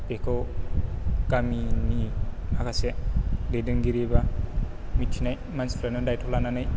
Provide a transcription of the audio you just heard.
बेखौ गामिनि माखासे दैदेनगिरि बा मिथिनाय मानसिफ्रानो दायथ' लानानै